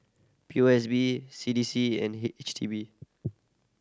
P O S B C D C and H D B